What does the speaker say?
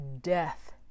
death